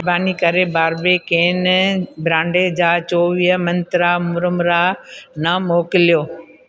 महिरबानी करे बारबेकेन ब्रांड जा चोवीह मंत्रा मुरमुरा न मोकिलियो